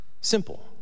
Simple